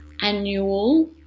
annual